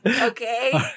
okay